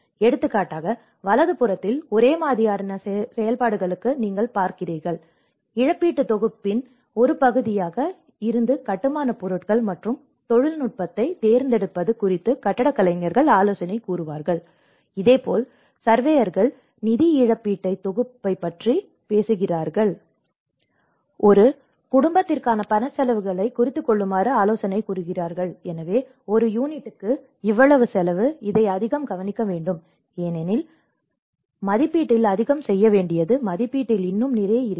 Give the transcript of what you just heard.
எடுத்துக்காட்டாக வலது புறத்தில் ஒரே மாதிரியான செயல்பாடுகளுக்கு நீங்கள் பார்க்கிறீர்கள் இழப்பீட்டுத் தொகுப்பின் ஒரு பகுதியாக இருந்த கட்டுமானப் பொருட்கள் மற்றும் தொழில்நுட்பத்தைத் தேர்ந்தெடுப்பது குறித்து கட்டடக் கலைஞர்கள் ஆலோசனை கூறுவார்கள் இதேபோல் சர்வேயர்கள் நிதி இழப்பீட்டுத் தொகுப்பைப் பற்றி பேசுகிறார்கள் ஒரு குடும்பத்திற்கான பணச் செலவுகளை முறித்துக் கொள்ளுமாறு ஆலோசனை கூறுகிறார்கள் எனவே ஒரு யூனிட்டுக்கு இவ்வளவு செலவு இதை அதிகம் கவனிக்க வேண்டும் ஏனெனில் மதிப்பீட்டில் அதிகம் செய்ய வேண்டியது மதிப்பீட்டில் இன்னும் நிறைய இருக்கிறது